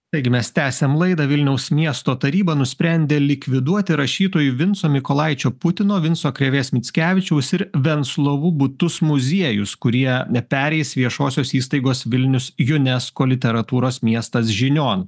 taigi mes tęsiam laidą vilniaus miesto taryba nusprendė likviduoti rašytojo vinco mykolaičio putino vinco krėvės mickevičiaus ir venclovų butus muziejus kurie nepereis viešosios įstaigos vilnius unesco literatūros miestas žinion